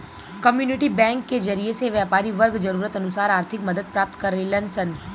community bank के जरिए से व्यापारी वर्ग जरूरत अनुसार आर्थिक मदद प्राप्त करेलन सन